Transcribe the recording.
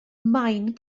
maen